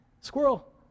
squirrel